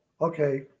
okay